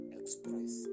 express